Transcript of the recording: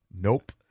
Nope